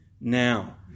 now